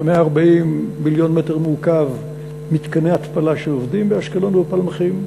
כ-140 מיליון מטר מעוקב ממתקני התפלה שעובדים באשקלון ובפלמחים,